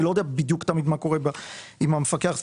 אני לא תמיד יודע מה קורה עם המפקח,